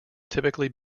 typically